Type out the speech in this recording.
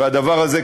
והדבר הזה,